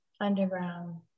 Underground